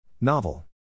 Novel